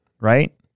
right